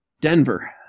Denver